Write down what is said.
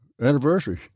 anniversary